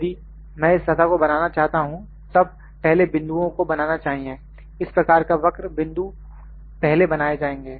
यदि मैं इस सतह को बनाना चाहता हूं तब पहले बिंदुओं को बनाना चाहिए इस प्रकार का वक्र बिंदु पहले बनाए जाएंगे